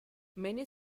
many